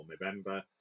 November